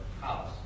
house